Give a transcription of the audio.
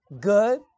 good